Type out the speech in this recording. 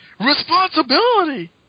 RESPONSIBILITY